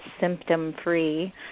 symptom-free